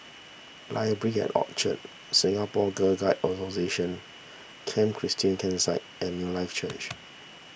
Library at Orchard Singapore Girl Guides Association Camp Christine Campsite and Newlife Church